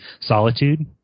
solitude